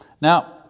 Now